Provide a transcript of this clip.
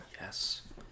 Yes